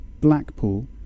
Blackpool